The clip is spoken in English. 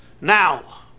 Now